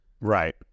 right